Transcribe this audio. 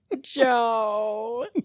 Joe